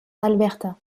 alberta